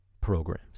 programs